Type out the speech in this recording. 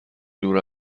دور